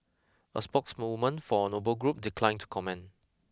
a spokeswoman for Noble Group declined to comment